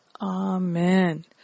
amen